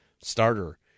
starter